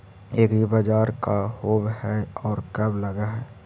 एग्रीबाजार का होब हइ और कब लग है?